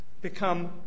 become